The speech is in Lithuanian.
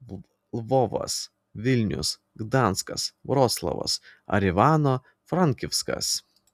lvovas vilnius gdanskas vroclavas ar ivano frankivskas